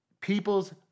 people's